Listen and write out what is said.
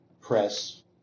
press